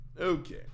Okay